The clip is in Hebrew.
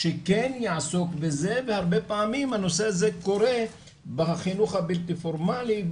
שכן יעסוק בזה והרבה פעמים הנושא הזה קורה בחינוך הבלתי פורמלי,